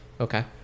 Okay